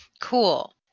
Cool